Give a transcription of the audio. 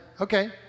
Okay